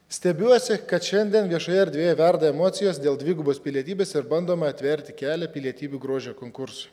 stebiuosi kad šiandien viešoje erdvėje verda emocijos dėl dvigubos pilietybės ir bandoma atverti kelią pilietybių grožio konkursui